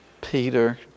Peter